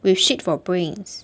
we've shit for brains